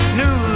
new